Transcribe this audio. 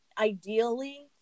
ideally